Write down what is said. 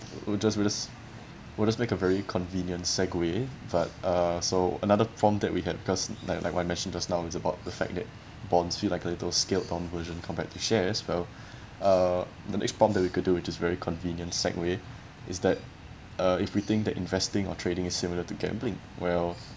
we'll just ris~ we'll just make a very convenient segue but uh so another form that we had because like like I mentioned just now is about the fact that bonds feel like a little scaled down version compared to shares well uh the next prompt that we could do which is very convenient is that uh if we think that investing or trading similar to gambling well